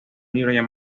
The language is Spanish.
libro